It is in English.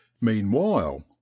meanwhile